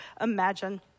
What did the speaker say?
imagine